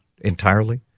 entirely